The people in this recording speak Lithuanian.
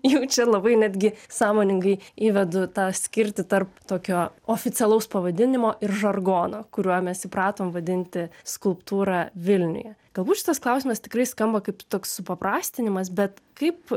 jau čia labai netgi sąmoningai įvedu tą skirtį tarp tokio oficialaus pavadinimo ir žargono kuriuo mes įpratom vadinti skulptūrą vilniuje galbūt šitas klausimas tikrai skamba kaip toks supaprastinamas bet kaip